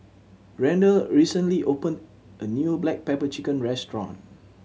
Randal recently opened a new black pepper chicken restaurant